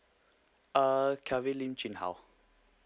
uh kelvin lim jin hao